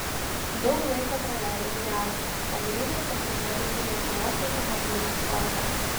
daug laiko praleidau jav o grįžęs pasinėriau į lietuvos automobilių sportą